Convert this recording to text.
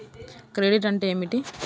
Credit అంటే ఏమిటి?